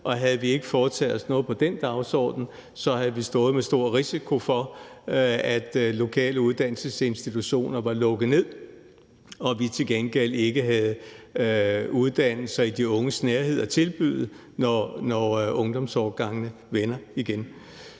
Havde vi ikke foretaget os noget på den dagsorden, havde vi stået med stor risiko for, at lokale uddannelsesinstitutioner var lukket ned og vi til gengæld ikke havde uddannelser i de unges nærhed at tilbyde, når ungdomsårgangene vender igen.